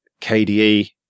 KDE